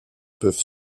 peuvent